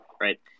right